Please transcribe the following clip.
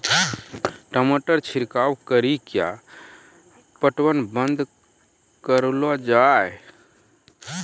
टमाटर छिड़काव कड़ी क्या पटवन बंद करऽ लो जाए?